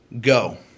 Go